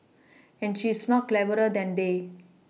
and she is not cleverer than they